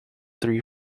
three